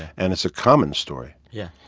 and it's a common story yeah.